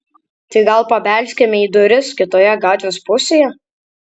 tai gal pabelskime į duris kitoje gatvės pusėje